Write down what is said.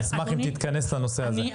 אני אשמח אם תתכנס לנושא הזה.